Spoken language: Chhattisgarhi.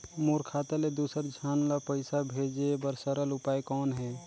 मोर खाता ले दुसर झन ल पईसा भेजे बर सरल उपाय कौन हे?